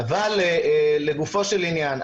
אבל לגופו של עניין,